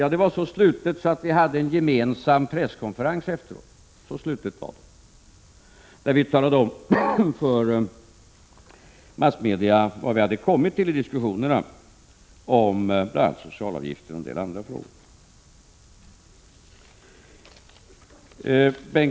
Ja, det var så slutet att vi hade en gemensam presskonferens efteråt, där vi talade om för massmedierna vad vi hade kommit till i diskussionerna om socialavgifter och en del andra frågor.